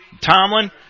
Tomlin